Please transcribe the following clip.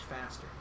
faster